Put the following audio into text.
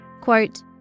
Quote